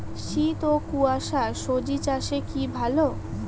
শীত ও কুয়াশা স্বজি চাষে কি ভালো?